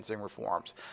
reforms